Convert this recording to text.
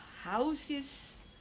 houses